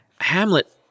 Hamlet